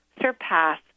surpass